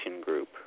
group